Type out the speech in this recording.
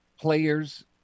players